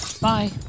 Bye